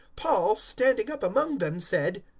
paul, standing up among them, said,